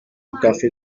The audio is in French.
café